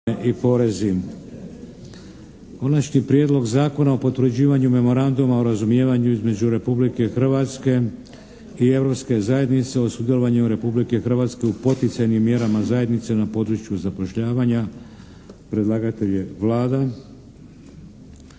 (HDZ)** - Konačni prijedlog Zakona o potvrđivanju Memoranduma o razumijevanju između Republike Hrvatske i Europske zajednice o sudjelovanju Republike Hrvatske u poticajnim mjerama zajednice na području zapošljavanja, s